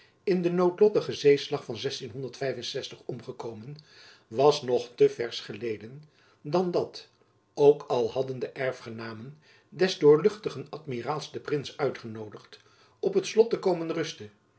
in den noodlottigen zeeslag van omgekomen was nog te versch geleden dan dat ook al hadden de erfgenamen des doorluchtigen amiraals den prins uitgenoodigd op het slot te komen rusten